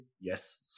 Yes